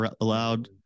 allowed